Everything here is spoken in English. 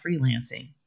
freelancing